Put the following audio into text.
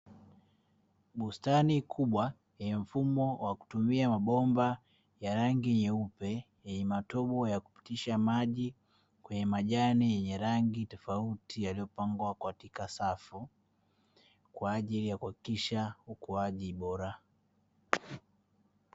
Bustani kubwa, yenye mfumo wa kutumia mabomba ya rangi nyeupe yenye matobo ya kupitisha maji kwenye majani ya rangi tofauti, yaliyopangwa katika safu kwa ajili ya kuhakikisha ukuaji bora.